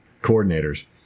coordinators